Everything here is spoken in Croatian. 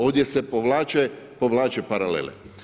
Ovdje se povlače paralele.